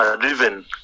Driven